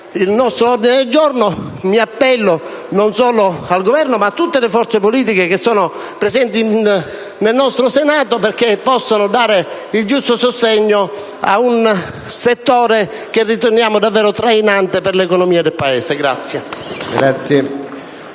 illustrare l'ordine del giorno G1.100, mi appello non solo al Governo, ma a tutte le forze politiche presenti nel nostro Senato, perché possano dare il giusto sostegno ad un settore che riteniamo davvero trainante per l'economia del Paese.